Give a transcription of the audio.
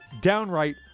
downright